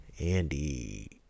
Andy